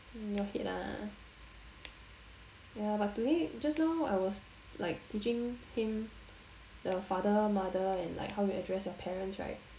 your head lah ya but today just now I was like teaching him the father mother and like how you address your parents right